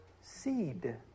seed